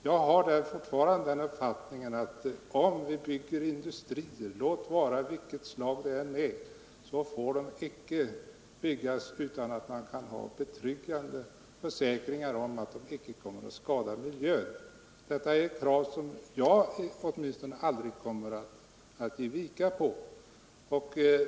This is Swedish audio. Ja, jag har fortfarande den uppfattningen att om vi bygger industrier, låt vara av vilket slag som helst, får de icke byggas utan att det finns betryggande försäkringar om att de icke kommer att skada miljön. Detta 141 är ett krav som jag aldrig kommer att ge avkall på.